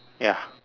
ya